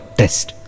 test